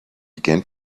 began